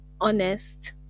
honest